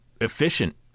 efficient